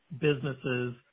businesses